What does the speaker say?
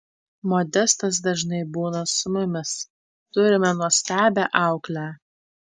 modestas dažnai būna su mumis turime nuostabią auklę